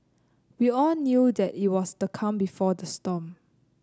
we all knew that it was the calm before the storm